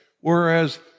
whereas